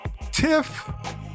Tiff